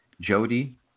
Jody